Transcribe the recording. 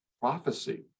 prophecy